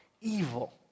evil